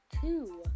Two